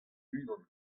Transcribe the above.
unan